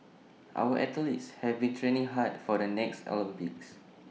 our athletes have been training hard for the next Olympics